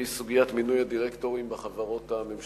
והיא סוגיית מינוי הדירקטורים בחברות הממשלתיות.